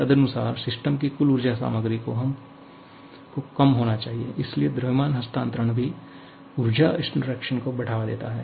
तदनुसार सिस्टम की कुल ऊर्जा सामग्री को कम होना चाहिए इसलिए द्रव्यमान हस्तांतरण भी ऊर्जा इंटरैक्शन को बढ़ावा देता है